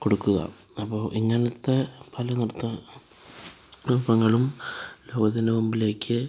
കൊടുക്കുക അപ്പോള് ഇങ്ങനത്തെ പല നൃത്ത രൂപങ്ങളും ലോകത്തിൻ്റെ മുമ്പിലേക്ക്